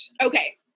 okay